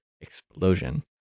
explosion